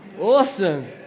Awesome